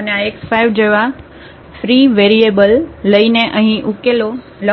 અને આ x5 જેવા ફ્રી વેરીએબલ લઈને અહીં ઉકેલો લખો